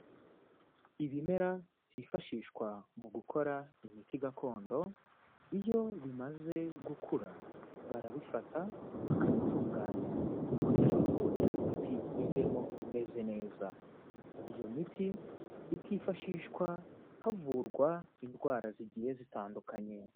Ibimera byifashishwa mu gukora imiti gakondo, iyo bimaze gukura barabifata bakabitunganya kugira ngo ya miti ivemo imeze neza, iyo miti ikifashishwa havurwa indwara zigiye zitandukanye.